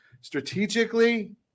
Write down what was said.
Strategically